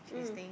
mm